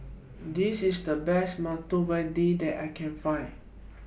This IS The Best Medu Vada that I Can Find